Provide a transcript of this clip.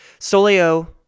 Soleo